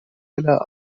إلى